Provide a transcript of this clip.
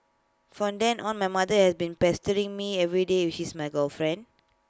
from then on my mother has been pestering me everyday if she's my girlfriend